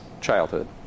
childhood